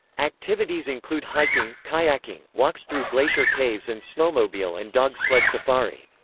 activities include hiking, kayaking, walks through glacier caves and snowmobile and dog-sled safari.